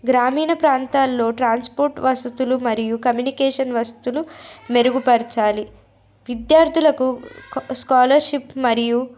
గ్రామీణ ప్రాంతాల్లో ట్రాన్స్పోర్ట్ వసతులు మరియు కమ్యూనికేషన్ వస్తులు మెరుగుపరచాలి విద్యార్థులకు స్కాలర్షిప్ మరియు